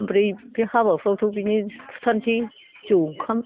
ओमफ्राय बे हाबाफ्रावथ' बिनो होथारनोसै जौ ओंखाम